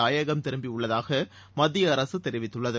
தாயகம் திரும்பி உள்ளதாக மத்திய அரசு தெரிவித்துள்ளது